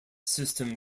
system